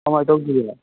ꯀꯃꯥꯏꯅ ꯇꯧꯁꯤꯒꯦ